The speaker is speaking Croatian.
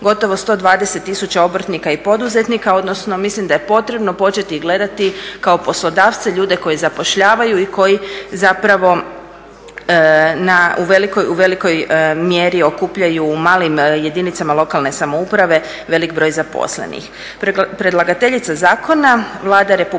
gotovo 120 tisuća obrtnika i poduzetnika, odnosno mislim da je potrebno početi gledati kao poslodavce, ljude koji zapošljavaju i koji zapravo u velikoj mjeri okupljaju u malim jedinicama lokalne samouprave velik broj zaposlenih.